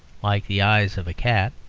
like the eyes of a cat,